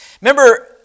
Remember